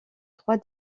trois